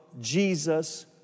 Jesus